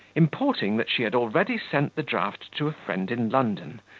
importing that she had already sent the draft to a friend in london,